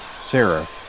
Sarah